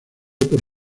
por